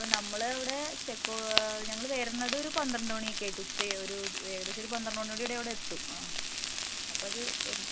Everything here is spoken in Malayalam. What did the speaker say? ഇപ്പം നമ്മൾ ഇവിടെ ചെക്കൊ ഞങ്ങൾ വരുന്നതൊരു പന്ത്രണ്ട് മണിയൊക്കെ ആയിട്ട് ഉച്ച ഒരുഏകദേശമൊരു പന്ത്രണ്ട് മണിയോട് കൂടി അവിടെയെത്തും ആ അപ്പമത്